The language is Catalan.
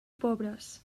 pobres